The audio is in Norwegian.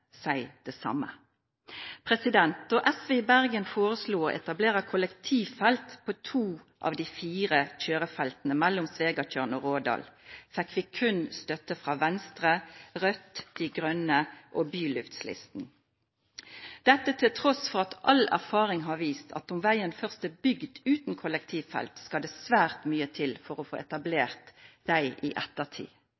det samme. Da SV i Bergen foreslo å etablere kollektivfelt på to av de fire kjørefeltene mellom Svegatjørn og Rådal, fikk støtte kun fra Venstre, Rødt, Miljøpartiet De Grønne og Byluftlisten – dette til tross for at all erfaring har vist at når veien først er bygd uten kollektivfelt, skal det svært mye til for å få